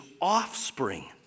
offspring